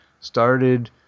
started